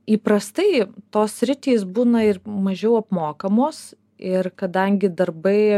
įprastai tos sritys būna ir mažiau apmokamos ir kadangi darbai